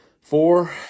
four